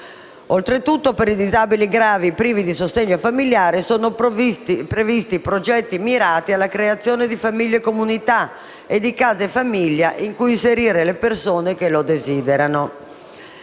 Oltretutto, per i disabili gravi privi di sostegno familiare sono previsti progetti mirati alla creazione di famiglie comunità e di case famiglia in cui inserire le persone che lo desiderano.